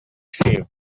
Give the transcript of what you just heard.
shave